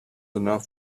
enough